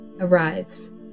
arrives